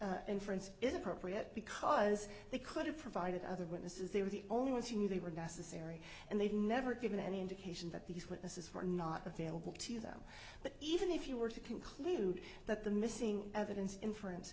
witness inference is appropriate because they could have provided other witnesses they were the only ones who knew they were necessary and they've never given any indication that these witnesses were not available to them but even if you were to conclude that the missing evidence inference